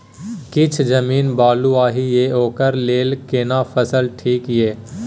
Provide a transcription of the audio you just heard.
किछ जमीन बलुआही ये ओकरा लेल केना फसल ठीक ये?